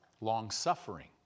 Long-suffering